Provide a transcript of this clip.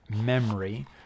memory